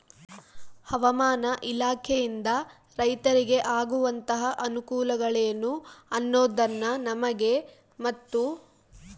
ಹವಾಮಾನ ಇಲಾಖೆಯಿಂದ ರೈತರಿಗೆ ಆಗುವಂತಹ ಅನುಕೂಲಗಳೇನು ಅನ್ನೋದನ್ನ ನಮಗೆ ಮತ್ತು?